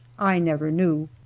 i never knew.